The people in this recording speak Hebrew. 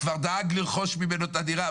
כבר דאג לרכוש ממנו את הדירה.